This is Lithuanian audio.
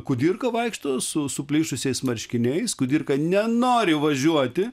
kudirka vaikšto su suplyšusiais marškiniais kudirka nenori važiuoti